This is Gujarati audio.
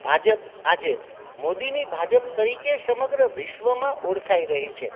ભાજપ આજે મોદીની ભાજપ તરીકે સમગ્ર વિશ્વમાં ઓળખાઈ રહી છે